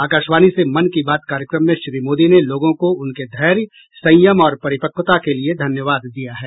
आकाशवाणी से मन की बात कार्यक्रम में श्री मोदी ने लोगों को उनके धैर्य संयम और परिपक्वता के लिए धन्यवाद दिया है